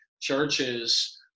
churches